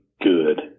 good